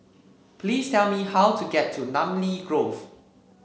please tell me how to get to Namly Grove